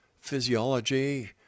physiology